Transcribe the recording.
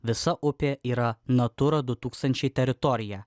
visa upė yra natūra du tūkstančiai teritorija